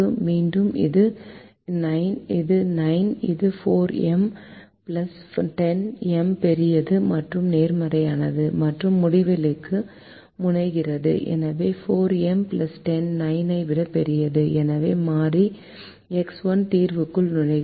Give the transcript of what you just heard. மீண்டும் இது 9 இது 4M 10 M பெரியது மற்றும் நேர்மறையானது மற்றும் முடிவிலிக்கு முனைகிறது எனவே 4M 10 9 ஐ விட பெரியது எனவே மாறி X1 தீர்வுக்குள் நுழைகிறது